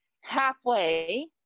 Halfway